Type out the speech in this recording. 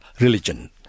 religion